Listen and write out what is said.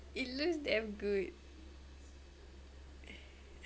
it looks damn good